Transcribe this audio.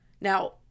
Now